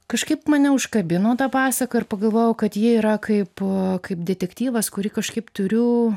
kažkaip mane užkabino ta pasaka ir pagalvojau kad ji yra kaip kaip detektyvas kurį kažkaip turiu